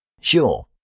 Sure